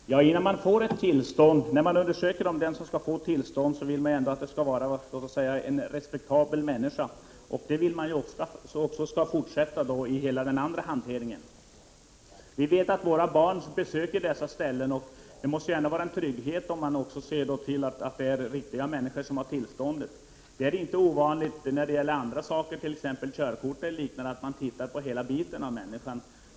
Fru talman! Innan man ger ett tillstånd undersöker man den som skall få tillståndet. Man vill att det skall vara en respektabel människa, och fortsätter att vara det. När vi vet att våra barn besöker sådana ställen, måste det vara en trygghet om vi vet att det är en skötsam människa som har fått tillståndet. Det är inte ovanligt när det gäller andra saker, t.ex. körkort, att man ser på hela bilden av människan.